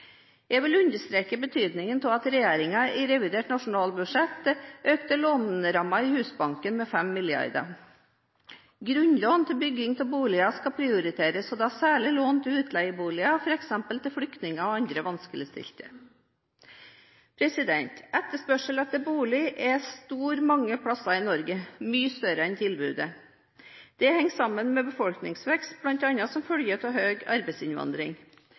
Jeg vil understreke betydningen av at regjeringen i revidert nasjonalbudsjett økte lånerammen i Husbanken med 5 mrd. kr. Grunnlån til bygging av boliger skal prioriteres, og da særlig lån til utleieboliger f.eks. til flyktninger og andre vanskeligstilte. Etterspørselen etter bolig er stor mange steder i Norge, mye større enn tilbudet. Det henger sammen med befolkningsvekst, bl.a. som følge av høy arbeidsinnvandring.